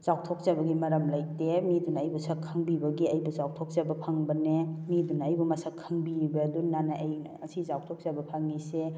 ꯆꯥꯎꯊꯣꯛꯆꯕꯒꯤ ꯃꯔꯝ ꯂꯩꯇꯦ ꯃꯤꯗꯨꯅ ꯑꯩꯕꯨ ꯁꯛ ꯈꯪꯕꯤꯕꯒꯤ ꯑꯩꯗꯨ ꯆꯥꯎꯊꯣꯛꯆꯕ ꯐꯪꯕꯅꯦ ꯃꯤꯗꯨꯅ ꯑꯩꯕꯨ ꯃꯁꯛ ꯈꯪꯕꯤꯕꯗꯨꯅꯅꯦ ꯑꯩꯅ ꯉꯁꯤ ꯆꯥꯎꯊꯣꯛꯆꯕ ꯐꯪꯉꯤꯁꯦ